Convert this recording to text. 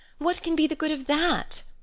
what can be the good of that?